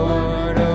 Lord